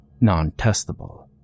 non-testable